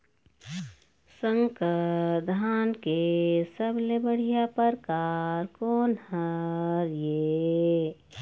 संकर धान के सबले बढ़िया परकार कोन हर ये?